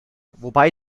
wobei